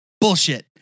bullshit